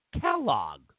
Kellogg